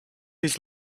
his